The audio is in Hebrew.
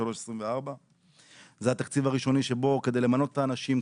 2024. זה התקציב הראשוני שבו כדי למנות את האנשים,